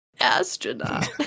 astronaut